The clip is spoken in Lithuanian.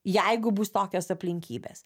jeigu bus tokios aplinkybės